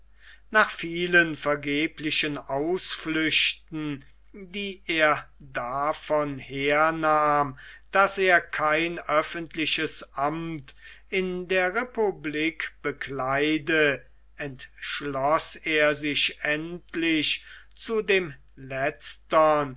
nach vielen vergeblichen ausflüchten die er davon hernahm daß er kein öffentliches amt in der republik bekleide entschloß er sich endlich zu dem letztern